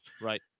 right